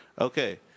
Okay